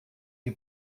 die